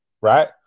right